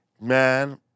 man